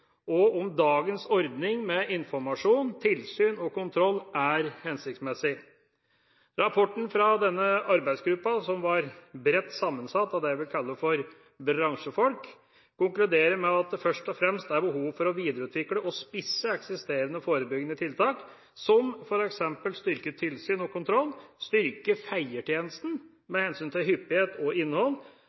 og om dagens ordning med informasjon, tilsyn og kontroll er hensiktsmessig. Rapporten fra denne arbeidsgruppen, som var bredt sammensatt av det jeg vil kalle bransjefolk, konkluderer med at det først og fremst er behov for å videreutvikle og spisse eksisterende forebyggende tiltak, som f.eks. styrket tilsyn og kontroll, styrking av feiertjenesten med hensyn til hyppighet og innhold